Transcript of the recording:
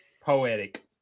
Poetic